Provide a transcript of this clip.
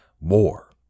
War